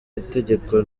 itegeko